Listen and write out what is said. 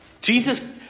Jesus